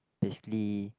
basically